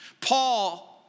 Paul